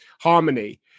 harmony